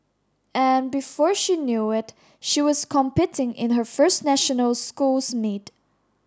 and before she knew it she was competing in her first national schools meet